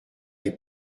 est